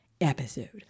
episode